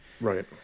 Right